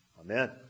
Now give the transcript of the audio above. Amen